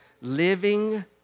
Living